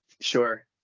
Sure